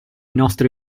nostri